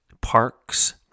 parks